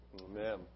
Amen